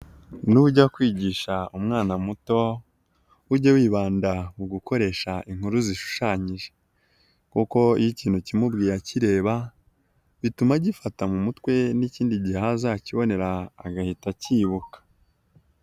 Nujya kwijyisha umwan muto ujye wibanda ku gukoresha inkuru zishushanyije kuko iyo icyintu ucyimubwiye acyireba bituma ajyifata mu mutwe nicyindi jyihe